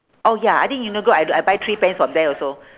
oh ya I think uniqlo I d~ I buy three pants from there also